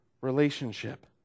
relationship